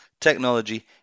technology